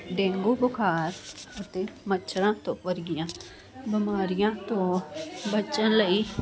dengue ਬੁਖਾਰ ਅਤੇ ਮੱਛਰਾਂ ਤੋਂ ਵਰਗੀਆਂ ਬਿਮਾਰੀਆਂ ਤੋਂ ਬਚਣ ਲਈ